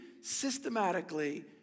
systematically